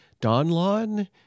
Donlon